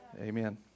Amen